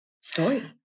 story